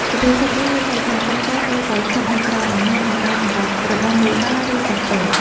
សុភាសិតនេះមានន័យថា កូនចៅត្រូវតែស្ថិតនៅក្រោមអំណាច និងការសម្រេចរបស់មេបា ឬចាស់ទុំ។